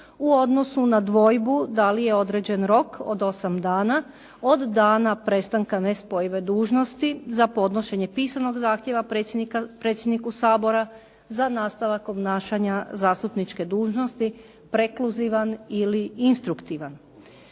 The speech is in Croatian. u odnosu na dvojbu da li je određen rok od 8 dana od dana prestanka nespojive dužnosti za podnošenje pisanog zahtjeva predsjedniku Sabora, za nastavak obnašanja zastupničke dužnosti prekluzivan ili instruktivan.